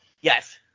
Yes